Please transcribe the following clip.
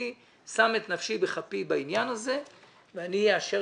אני שם את נפשי בכפי בעניין הזה ואני אאשר